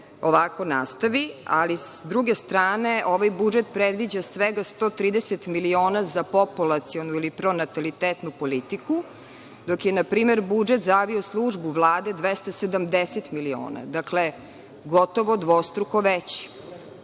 ovako nastavi, ali s druge strane ovaj budžet predviđa svega 130 miliona za populacionu ili pronatalitetnu politiku, dok je na primer budžet za avio službu Vlade je 270 miliona. Dakle, gotovo dvostruko veći.